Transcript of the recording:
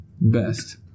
best